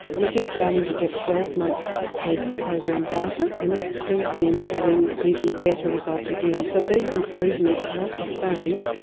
and we are just starting to get twelve month post program data, and that seems to be indicating even better results again. so these improvements are sustained,